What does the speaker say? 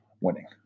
winning